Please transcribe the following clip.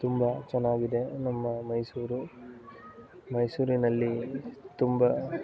ತುಂಬ ಚೆನ್ನಾಗಿದೆ ನಮ್ಮ ಮೈಸೂರು ಮೈಸೂರಿನಲ್ಲಿ ತುಂಬ